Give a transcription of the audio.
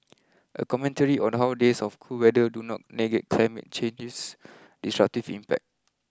a commentary on how days of cool weather do not negate climate change's destructive impact